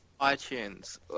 iTunes